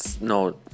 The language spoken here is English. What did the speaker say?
no